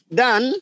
dan